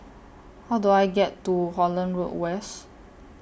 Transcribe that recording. How Do I get to Holland Road West